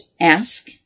Ask